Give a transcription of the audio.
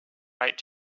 right